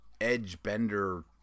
edge-bender